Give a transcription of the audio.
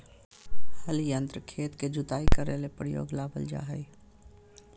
हल यंत्र खेत के जुताई करे ले प्रयोग में लाबल जा हइ